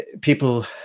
people